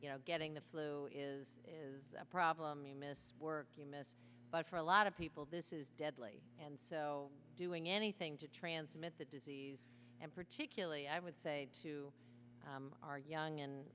you know getting the flu is is a problem you miss work you miss but for a lot of people this is deadly and so doing anything to transmit the disease and particularly i would say to our young